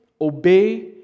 obey